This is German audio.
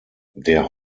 der